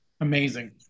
Amazing